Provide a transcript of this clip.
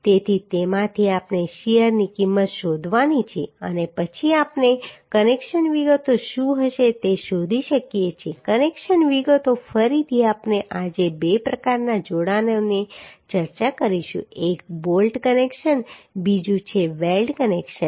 તેથી તેમાંથી આપણે શીયરની કિંમત શોધવાની છે અને પછી આપણે કનેક્શન વિગતો શું હશે તે શોધી શકીએ છીએ કનેક્શન વિગતો ફરીથી આપણે આજે બે પ્રકારના જોડાણોની ચર્ચા કરીશું એક બોલ્ટ કનેક્શન બીજું છે વેલ્ડ કનેક્શન